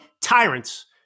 tyrants